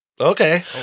Okay